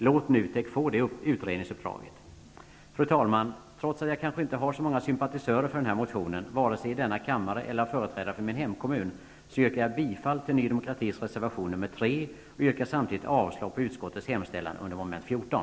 Låt NUTEK få det utredningsuppdraget. Fru talman! Trots att jag kanske inte har så många sympatisörer för min motion, vare sig i denna kammare eller som företrädare för min hemkommun, yrkar jag bifall till Ny demokratis reservation nr 3 och yrkar samtidigt avslag på utskottets hemställan under mom. 14.